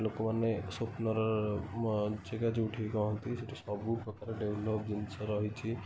ଲୋକମାନେ ସ୍ୱପ୍ନର ଜାଗା ଯେଉଁଠି କହନ୍ତି ସେଇଠି ସବୁ ପ୍ରକାର ଡେଭଲପ୍ ଜିନିଷ ରହିଛି